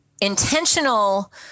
intentional